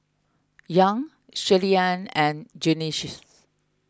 Young Shirleyann and Junious